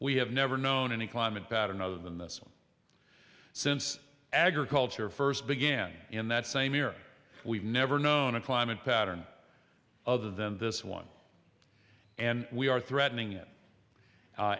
we have never known any climate pattern other than this since agriculture first began in that same air we've never known a climate pattern other than this one and we are threatening